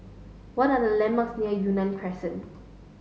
what are the landmarks near Yunnan Crescent